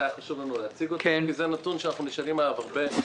היה חשוב לנו להציג את הנתון הזה כי זה נתון שאנחנו נשענים עליו הרבה.